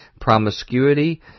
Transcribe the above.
Promiscuity